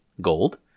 gold